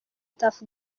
tuff